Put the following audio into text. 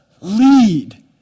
lead